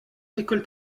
l’école